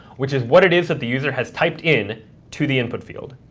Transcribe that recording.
which is what it is that the user has typed in to the input field.